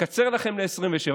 נקצר לכם ל-27.